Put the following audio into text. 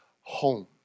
home